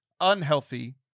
unhealthy